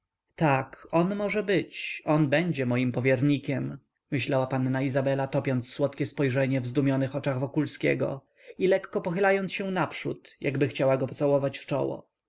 tak on może być on będzie moim powiernikiem myślała panna izabela topiąc słodkie spojrzenie w zdumionych oczach wokulskiego i lekko pochylając się naprzód jakby chciała go pocałować w czoło